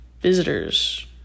visitors